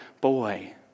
boy